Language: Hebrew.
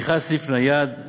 פתיחת סניף נייד או